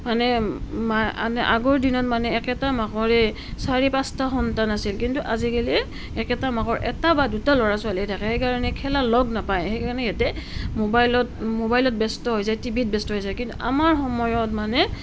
মানে মানে আগৰদিনত মানে একেটা মাকৰে চাৰি পাঁচটা সন্তান আছিল কিন্তু আজিকালি একেটা মাকৰ এটা দুটা ল'ৰা ছোৱালী থাকে সেইকাৰণে খেলাৰ লগ নাপায় সেইকাৰণে সিহঁতে মোবাইলত মোবাইলত ব্যস্ত হৈ যায় টিভিত ব্যস্ত হৈ যায় কিন্তু আমাৰ সময়ত মানে